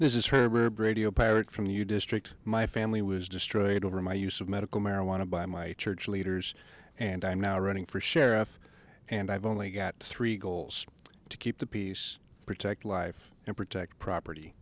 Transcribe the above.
this is where brady a parrot from you district my family was destroyed over my use of medical marijuana by my church leaders and i'm now running for sheriff and i've only got three goals to keep the peace protect life and protect property